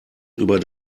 über